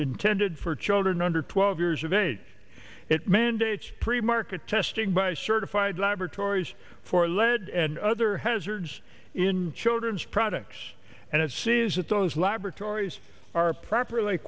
intended for children under twelve years of age it mandates pre market testing by certified laboratories for lead and other hazards in children's products and it sees that those laboratories are properly